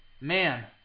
man